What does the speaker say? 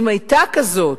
אם היתה כזאת,